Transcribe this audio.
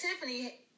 Tiffany